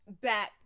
back